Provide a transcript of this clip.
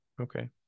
okay